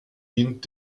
dient